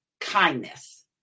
kindness